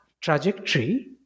trajectory